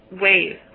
wave